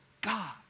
God